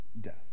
death